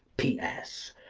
p. s.